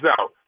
out